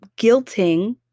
guilting